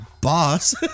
boss